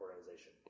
organization